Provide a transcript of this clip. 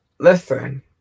Listen